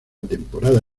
temporada